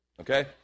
okay